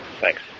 thanks